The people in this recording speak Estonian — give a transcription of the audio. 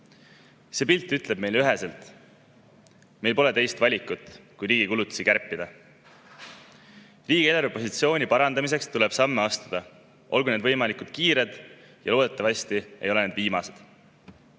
See pilt ütleb meile üheselt, et meil pole teist valikut kui riigi kulutusi kärpida. Riigi eelarvepositsiooni parandamiseks tuleb samme astuda, olgu need võimalikult kiired, ja loodetavasti ei ole need viimased. Jah,